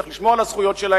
צריך לשמור על הזכויות שלהם,